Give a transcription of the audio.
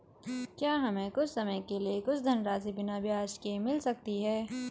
क्या हमें कुछ समय के लिए कुछ धनराशि बिना ब्याज के मिल सकती है?